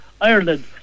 Ireland